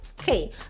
okay